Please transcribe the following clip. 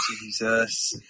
Jesus